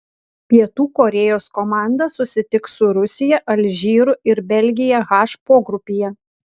pietų korėjos komanda susitiks su rusija alžyru ir belgija h pogrupyje